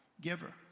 giver